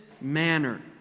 manner